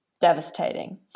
devastating